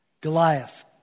Goliath